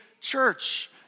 church